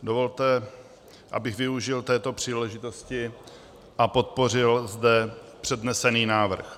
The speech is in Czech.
Dovolte, abych využil této příležitosti a podpořil zde přednesený návrh.